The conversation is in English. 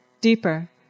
deeper